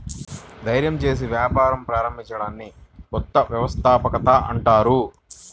ధైర్యం చేసి వ్యాపారం ప్రారంభించడాన్ని కొత్త వ్యవస్థాపకత అంటారు